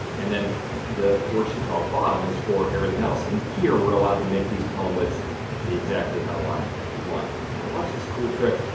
and then the worksheet called bottom is for everything else. and here, we're allowed to make these column widths be exactly how wide we want. now watch this cool trick.